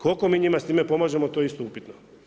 Koliko mi njima s time pomažemo to je isto upitno.